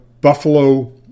Buffalo